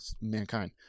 mankind